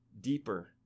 deeper